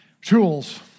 Tools